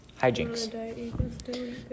Hijinks